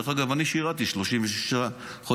דרך אגב אני שירתי 36 חודשים,